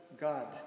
God